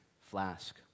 flask